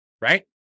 right